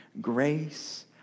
grace